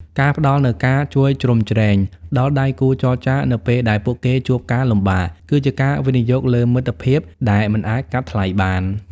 ការផ្តល់នូវ "ការជួយជ្រោមជ្រែង" ដល់ដៃគូចរចានៅពេលដែលពួកគេជួបការលំបាក គឺជាការវិនិយោគលើមិត្តភាពដែលមិនអាចកាត់ថ្លៃបាន។